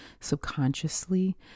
subconsciously